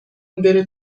بره